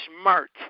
smart